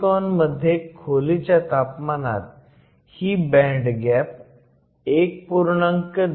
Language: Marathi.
सिलिकॉन मध्ये खोलीच्या तापमानात ही बँड गॅप 1